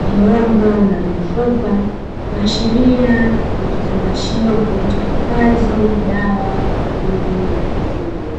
vyombo na mifupa kuashiria ni kifungashio kilichohifadhi dawa kwa ajili ya mifugo.